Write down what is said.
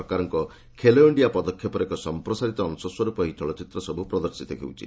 ସରକାରଙ୍କ 'ଖେଲୋ ଇଣ୍ଡିଆ' ପଦକ୍ଷେପର ଏକ ସଂପ୍ରସାରିତ ଅଶ ସ୍ୱରୂପ ଏହି ଚଳଚ୍ଚିତ୍ର ସବୁ ପ୍ରଦର୍ଶିତ ହେଉଛି